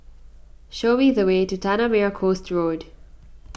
show me the way to Tanah Merah Coast Road